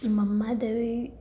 Mammadevi